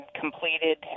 completed